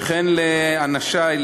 וכן לאנשי,